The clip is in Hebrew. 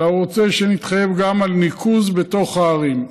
אלא הוא רוצה שנתחייב גם על ניקוז בתוך הערים.